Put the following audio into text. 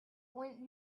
want